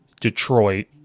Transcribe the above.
Detroit